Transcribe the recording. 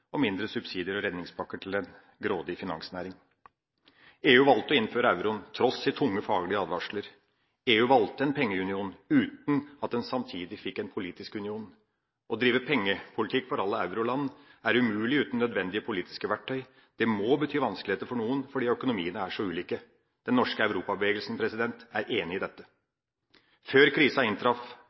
og mindre subsidier og redningspakker til en grådig finansnæring. EU valgte å innføre euroen trass i tunge faglige advarsler. EU valgte en pengeunion uten at en samtidig fikk en politisk union. Å drive pengepolitikk for alle euroland er umulig uten nødvendige politiske verktøy. Det må bety vanskeligheter for noen, fordi økonomiene er så ulike. Den norske Europabevegelsen er enig i dette. Før krisa inntraff,